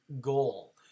goal